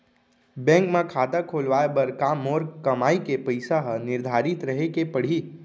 Bank म खाता खुलवाये बर का मोर कमाई के पइसा ह निर्धारित रहे के पड़ही?